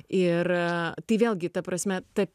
ir tai vėlgi ta prasme